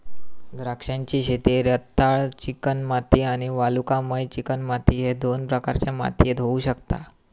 द्राक्षांची शेती रेताळ चिकणमाती आणि वालुकामय चिकणमाती ह्य दोन प्रकारच्या मातीयेत होऊ शकता